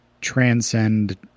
transcend